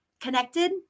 connected